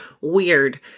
weird